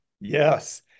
yes